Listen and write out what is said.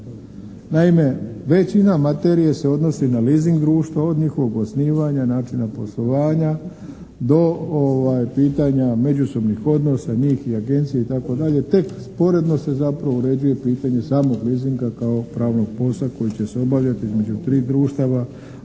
Naime većina materije se odnosi na leasing društva od njihovog osnivanja, načina poslovanja do pitanja međusobnih odnosa njih i agencije i tako dalje. Tek sporedno se zapravo uređuje pitanje samog leasinga kao pravnog posla koji će se obavljati između 3 društava